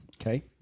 Okay